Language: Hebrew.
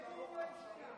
הרי אתה לא מצלם,